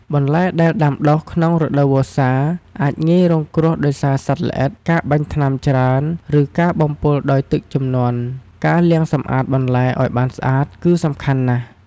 បន្លែដែលដាំដុះក្នុងរដូវវស្សា អាចងាយរងគ្រោះដោយសារសត្វល្អិត ការបាញ់ថ្នាំច្រើន ឬការបំពុលដោយទឹកជំនន់ ការលាងសម្អាតបន្លែឱ្យបានស្អាតគឺសំខាន់ណាស់។